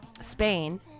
Spain